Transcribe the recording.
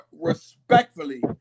respectfully